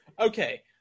Okay